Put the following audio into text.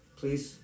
please